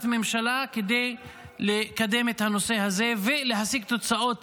ממשלה כדי לקדם את הנושא הזה ולהשיג תוצאות